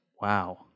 Wow